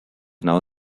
now